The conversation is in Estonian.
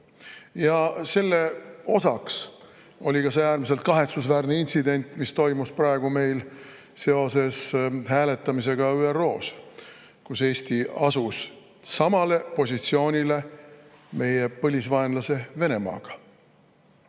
Selle osaks oli ka see äärmiselt kahetsusväärne intsident, mis oli meil seoses hääletamisega ÜRO‑s, kui Eesti asus samale positsioonile kui meie põlisvaenlane Venemaa.